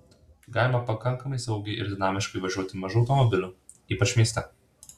galima pakankamai saugiai ir dinamiškai važiuoti mažu automobiliu ypač mieste